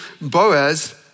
Boaz